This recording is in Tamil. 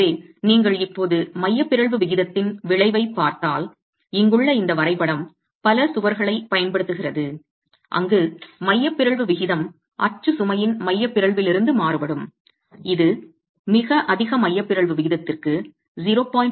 எனவே நீங்கள் இப்போது மைய பிறழ்வு விகிதத்தின் விளைவைப் பார்த்தால் இங்குள்ள இந்த வரைபடம் பல சுவர்களைப் பயன்படுத்துகிறது அங்கு மைய பிறழ்வு விகிதம் அச்சு சுமையின் மைய பிறழ்விலிருந்து மாறுபடும் இது மிக அதிக மைய பிறழ்வு விகிதத்திற்கு 0